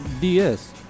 DS